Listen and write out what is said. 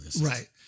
Right